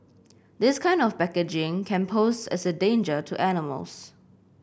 this kind of packaging can pose as a danger to animals